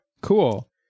cool